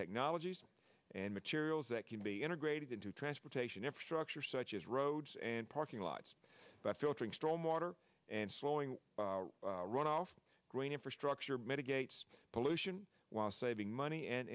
technologies and materials that can be integrated into transportation infrastructure such as roads and parking lots but filtering storm water and slowing runoff green infrastructure mitigates pollution while saving